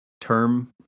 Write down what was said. term